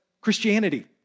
Christianity